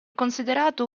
considerato